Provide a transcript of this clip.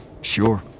sure